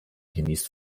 genießt